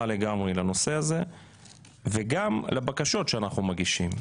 לגמרי לנושא הזה וגם לבקשות שאנחנו מגישים.